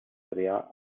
triar